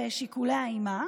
ושיקוליה עימה.